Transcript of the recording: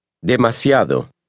demasiado